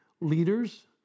leaders